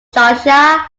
josiah